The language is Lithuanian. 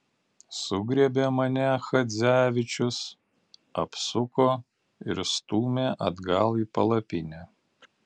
sugriebė mane chadzevičius apsuko ir stūmė atgal į palapinę